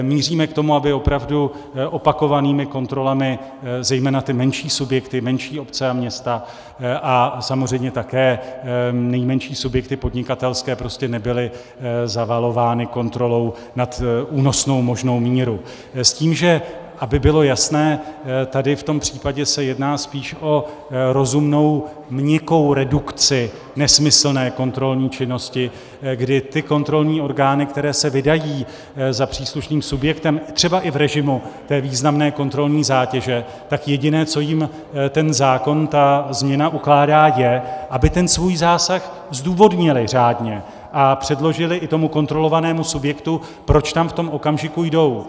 Míříme k tomu, aby opravdu opakovanými kontrolami zejména ty menší subjekty, menší obce a města, a samozřejmě také nejmenší subjekty podnikatelské nebyly zavalovány kontrolou nad únosnou možnou míru, s tím, že aby bylo jasné, tady v tom případě se jedná spíš o rozumnou měkkou redukci nesmyslné kontrolní činnosti, kdy kontrolní orgány, které se vydají za příslušným subjektem třeba i v režimu té významné kontrolní zátěže, tak jediné, co jim ten zákon, ta změna ukládá, je, aby svůj zásah zdůvodnily řádně a předložily i tomu kontrolovanému subjektu, proč tam v tom okamžiku jdou.